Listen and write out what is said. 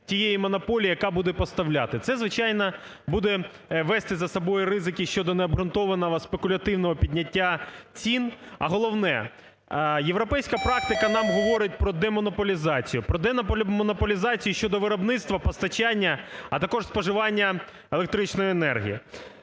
тієї монополії, яка буде поставляти. Це, звичайно, буде вести за собою ризики щодо необґрунтованого, спекулятивного підняття цін, а головне, європейська практика нам говорить про демонополізацію, про демонополізацію щодо виробництва, постачання, а також споживання електричної енергії.